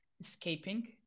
escaping